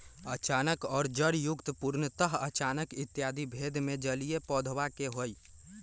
अचानक और जड़युक्त, पूर्णतः अचानक इत्यादि भेद भी जलीय पौधवा के हई